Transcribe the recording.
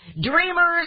dreamers